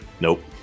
Nope